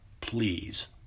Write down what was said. Please